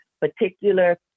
particular